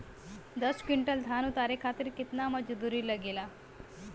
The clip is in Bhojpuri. दस क्विंटल धान उतारे खातिर कितना मजदूरी लगे ला?